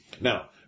Now